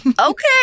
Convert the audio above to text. Okay